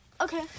okay